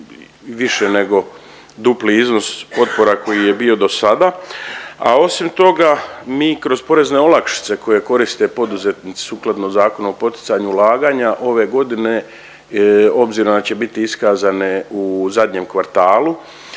više nego dupli iznos potpora koji je bio do sada, a osim toga mi kroz porezne olakšice koje koriste poduzetnici sukladno Zakonu o poticanju ulaganja ove godine obzirom da će biti iskazane u zadnjem kvartalu,